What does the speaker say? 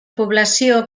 població